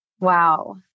wow